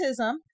autism